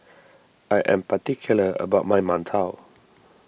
I am particular about my Mantou